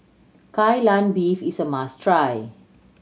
Kai Lan Beef is a must try